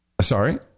Sorry